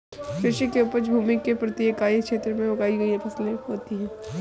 कृषि में उपज भूमि के प्रति इकाई क्षेत्र में उगाई गई फसल होती है